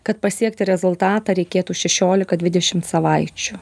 kad pasiekti rezultatą reikėtų šsšiolika dvidešimt savaičių